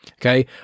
okay